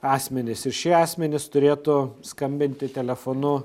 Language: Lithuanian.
asmenis ir šie asmenys turėtų skambinti telefonu